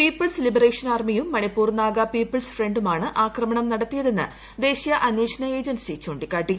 people's liberation ആർമിയും Manipur Naga people's ഫ്രണ്ടുമാണ് ആക്രമണം നടത്തിയതെന്ന് ദേശീയ അന്വേഷണ ഏജൻസി ചൂണ്ടിക്കാട്ടി